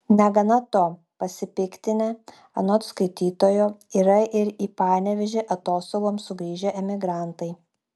negana to pasipiktinę anot skaitytojo yra ir į panevėžį atostogoms sugrįžę emigrantai